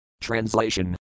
Translation